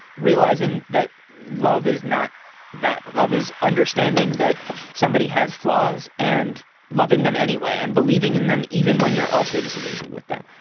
realizing that love is not that love is understanding that somebody has flaws and loving them anyway, and believing in them even when you're also disillusioned with them.